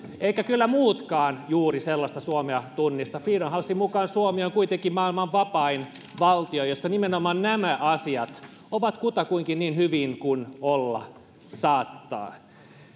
eivätkä kyllä juuri muutkaan sellaista suomea tunnista freedom housen mukaan suomi on kuitenkin maailman vapain valtio jossa nimenomaan nämä asiat ovat kutakuinkin niin hyvin kuin olla saattaa